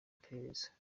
iperereza